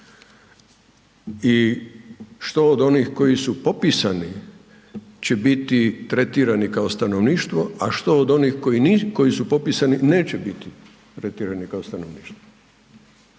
I što od onih koji su popisani će biti tretirani kao stanovništvo a što od onih koji su popisani neće biti tretirani kao stanovništvo.